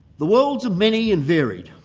the worlds are many and varied.